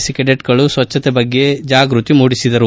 C ಕೆಡೆಟ್ಗಳು ಸ್ವಚ್ಣತೆ ಬಗ್ಗೆ ಜಾಗೃತಿ ಮೂಡಿಸಿದರು